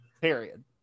period